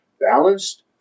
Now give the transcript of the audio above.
balanced